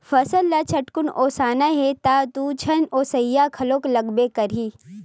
फसल ल झटकुन ओसाना हे त दू झन ओसइया घलोक लागबे करही